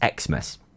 Xmas